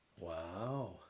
Wow